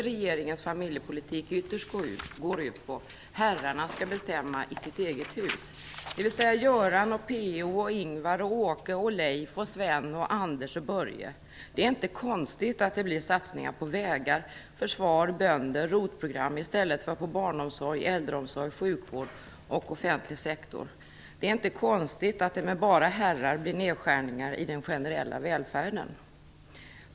Regeringens familjepolitik går alltså ytterst ut på att herrarna - dvs. Göran, P.-O., Ingvar, Åke, Leif, Sven, Anders och Börje - skall bestämma i sitt eget hus. Det är inte konstigt att det blir satsningar på vägar, försvar, bönder och ROT program i stället för barnomsorg, äldreomsorg, sjukvård och offentliga sektorn. Det är inte konstigt att det med bara herrar blir nedskärningar i den generella välfärden.